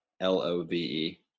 L-O-V-E